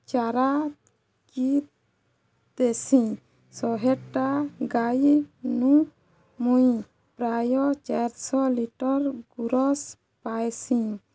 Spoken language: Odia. ଚାରା କି ଦେସିଁ ଶହେଟା ଗାଈନୁ ମୁଇଁ ପ୍ରାୟ ଚାରିଶହ ଲିଟର୍ ଗୁୁରସ୍ ପାଏସିଁ